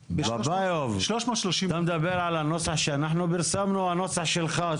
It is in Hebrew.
אתה מדבר על הנוסח שאנחנו פרסמנו או על הנוסח שלך?